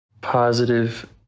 positive